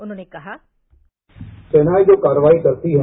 उन्होंने कहा सेनाएं जो कार्रवाई करती हैं